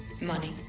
Money